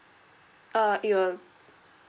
uh it will